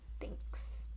thanks